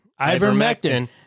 Ivermectin